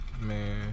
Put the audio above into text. Man